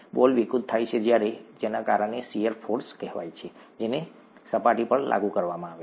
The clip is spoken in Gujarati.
બોલ વિકૃત થાય છે જ્યારે જેના કારણે શીયર ફોર્સ કહેવાય છે જેને સપાટી પર લાગુ કરવામાં આવે છે